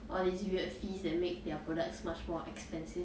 all these weird fees that make their products much more expensive